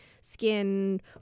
skin